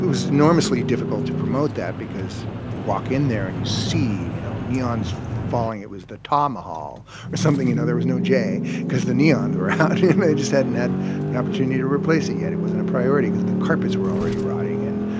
it was enormously difficult to promote that because you walk in there, and you see, you know, neons falling. it was the ta mahal or something. you know, there was no j because the neons were out. they just hadn't had the opportunity to replace it yet. it wasn't a priority because the carpets were already rotting and,